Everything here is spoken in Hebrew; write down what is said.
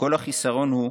וכל החיסרון הוא,